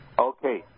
Okay